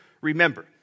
remember